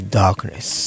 darkness